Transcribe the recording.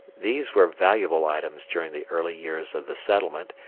these were valuable items during the early years of the settlement,